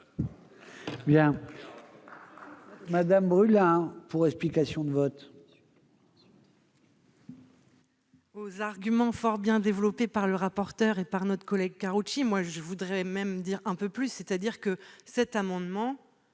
Mme Céline Brulin, pour explication de vote.